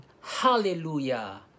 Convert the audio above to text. Hallelujah